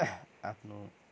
आफ्नो